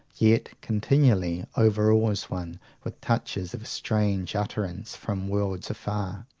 yet continually overawes one with touches of a strange utterance from worlds afar.